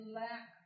lack